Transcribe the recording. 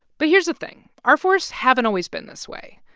but here's the thing our forests haven't always been this way.